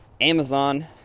Amazon